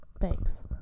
Thanks